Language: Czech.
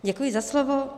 Děkuji za slovo.